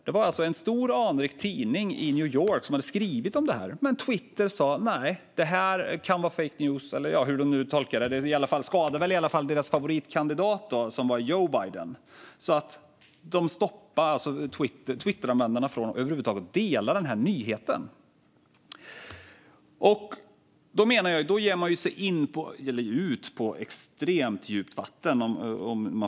Det var en stor, anrik tidning i New York som hade skrivit om det, men Twitter sa: Nej, det här kan vara fake news - eller hur de nu tolkade det. Det skadade i alla fall deras favoritkandidat, som var Joe Biden. Twitter stoppade alltså Twitteranvändarna från att över huvud taget dela den nyheten. Jag menar att man då ger sig ut på extremt djupt vatten.